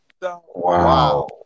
Wow